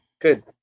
Good